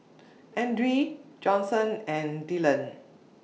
Edrie Johnson and Dyllan